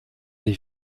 des